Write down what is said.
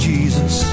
Jesus